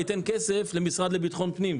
ייתן כסף למשרד לביטחון פנים,